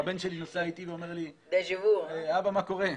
והבן שלי נוסע איתי ואומר לי: אבא, מה קורה?